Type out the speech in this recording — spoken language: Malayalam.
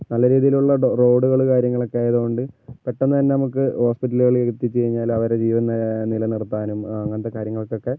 നല്ല രീതിയിലുള്ള റോഡുകള് കാര്യങ്ങളൊക്കെ ഉള്ളത് കൊണ്ട് പെട്ടെന്ന് തന്നെ നമുക്ക് ഹോസ്പിറ്റലുകളില് എത്തിച്ച് കഴിഞ്ഞാല് അവരുടെ ജീവൻ നില നിർത്താനും അങ്ങനത്തെ കാര്യങ്ങൾക്കൊക്കെ